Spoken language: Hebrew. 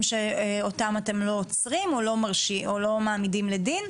שאותם אתם לא עוצרים או לא מעמידים לדין?